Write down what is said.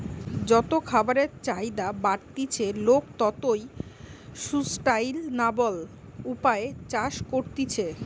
যত খাবারের চাহিদা বাড়তিছে, লোক তত সুস্টাইনাবল উপায়ে চাষ করতিছে